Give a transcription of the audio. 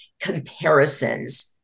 comparisons